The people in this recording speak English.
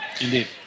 Indeed